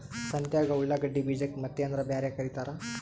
ಸಂತ್ಯಾಗ ಉಳ್ಳಾಗಡ್ಡಿ ಬೀಜಕ್ಕ ಮತ್ತೇನರ ಬ್ಯಾರೆ ಕರಿತಾರ?